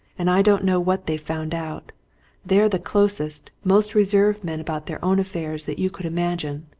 and i don't know what they've found out they're the closest, most reserved men about their own affairs that you could imagine!